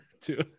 two